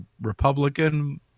Republican